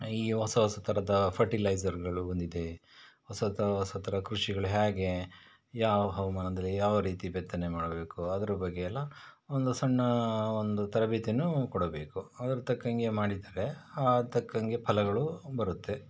ಈ ಹೊಸ ಹೊಸ ತರಹದ ಫರ್ಟಿಲೈಝರ್ಗಳು ಬಂದಿದೆ ಹೊಸ ತ ಹೊಸ ಥರ ಕೃಷಿಗಳು ಹೇಗೆ ಯಾವ ಹವಾಮಾನದಲ್ಲಿ ಯಾವ ರೀತಿ ಬಿತ್ತನೆ ಮಾಡಬೇಕು ಅದರ ಬಗ್ಗೆ ಎಲ್ಲ ಒಂದು ಸಣ್ಣ ಒಂದು ತರಬೇತಿಯನ್ನು ಕೊಡಬೇಕು ಅದರ ತಕ್ಕಂತೆ ಮಾಡಿದರೆ ಅದಕ್ಕೆ ತಕ್ಕಂತೆ ಫಲಗಳು ಬರುತ್ತೆ